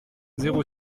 zéro